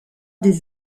des